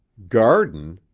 garden!